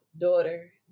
daughter